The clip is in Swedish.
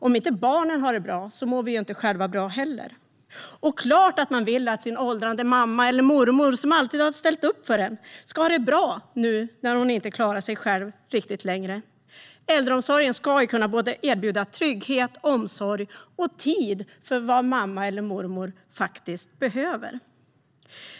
Om inte barnen har det bra mår vi inte bra själva heller. Och det är klart att man vill att ens åldrande mamma eller mormor, som alltid har ställt upp för en, ska ha det bra nu när hon inte riktigt klarar sig själv längre. Äldreomsorgen ska kunna erbjuda trygghet, omsorg och tid för vad mamma eller mormor faktiskt behöver.